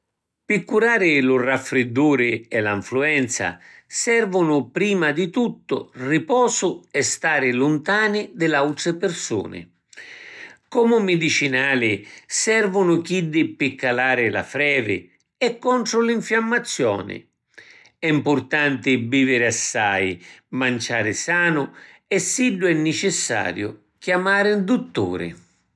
Pi curari lu raffridduri e la nfluenza servunu prima di tuttu riposu e stari luntani di l’autri pirsuni. Comu midicinali servunu chiddi pi calari la frevi e contru li nfiammazioni. È mpurtanti biviri assai, manciari sanu e siddu è nicissario chiamari ‘n dutturi.